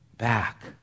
back